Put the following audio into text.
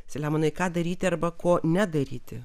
seliamonai ką daryti arba ko nedaryti